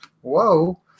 whoa